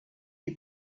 die